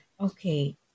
Okay